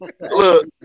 Look